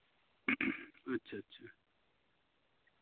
ᱟᱪᱪᱷᱟ ᱟᱪᱪᱷᱟ